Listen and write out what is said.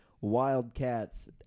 Wildcats